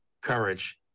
courage